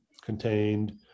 contained